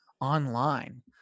online